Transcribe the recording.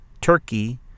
Turkey